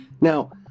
Now